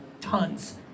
tons